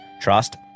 trust